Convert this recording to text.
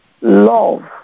love